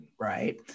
right